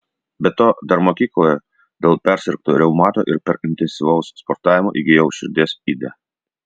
be to dar mokykloje dėl persirgto reumato ir per intensyvaus sportavimo įgijau širdies ydą